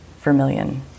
Vermilion